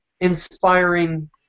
inspiring